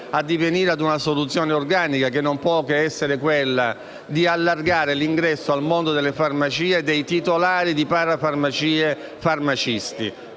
addivenire a una soluzione organica, che non può che essere quella di allargare l'ingresso al mondo delle farmacie dei titolari di parafarmacie farmacisti;